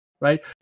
right